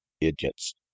Idiots